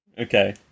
Okay